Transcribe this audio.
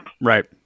Right